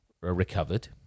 recovered